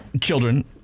children